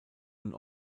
und